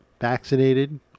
vaccinated